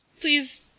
please